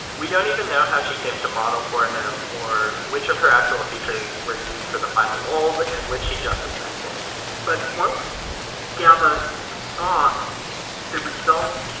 we don't even know how she came to model for him or which of her actual features were used for the final mold and which he just invented but once gaba saw the result,